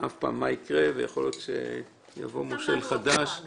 אף פעם מה יקרה ויכול להיות שיבוא מישהו חדש.